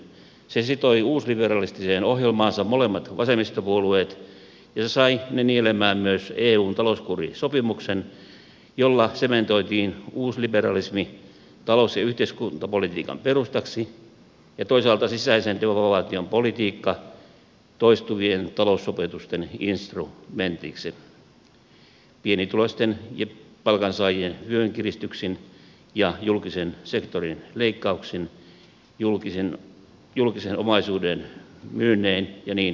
se sitoi uusliberalistiseen ohjelmaansa molemmat vasemmistopuolueet ja se sai ne nielemään myös eun talouskurisopimuksen jolla sementoitiin uusliberalismi talous ja yhteiskuntapolitiikan perustaksi ja toisaalta sisäisen devalvaation politiikka toistuvien taloussopeutusten instrumentiksi pienituloisten ja palkansaajien vyönkiristyksin ja julkisen sektorin leikkauksin julkisen omaisuuden myynnein ja niin edelleen